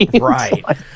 Right